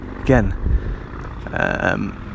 again